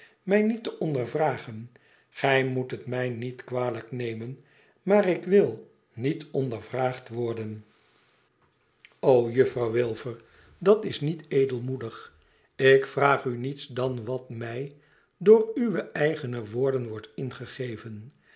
mij niet te ondervragen gij moet het mij niet kwalijk nemen maar ik wil niet ondervraagd worden juffrouw wilfer dat is niet edelmoedig ik vraag u niets dan wat mij door uwe eigene woorden wordt ingegeven